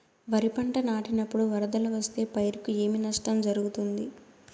వరిపంట నాటినపుడు వరదలు వస్తే పైరుకు ఏమి నష్టం జరుగుతుంది?